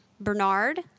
Bernard